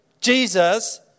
Jesus